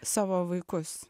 savo vaikus